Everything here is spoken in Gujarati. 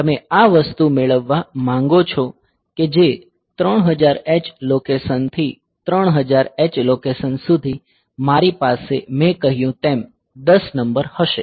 તમે આ વસ્તુ મેળવવા માંગો છો કે જે 3000 h લોકેશન થી 3000 h લોકેશન સુધી મારી પાસે મેં કહ્યું તેમ 10 નંબર હશે